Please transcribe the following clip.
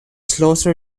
slaughter